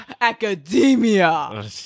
Academia